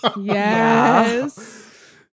Yes